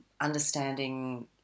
understanding